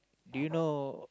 do you know